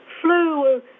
flu